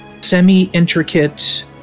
semi-intricate